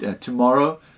tomorrow